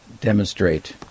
demonstrate